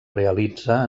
realitza